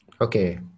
Okay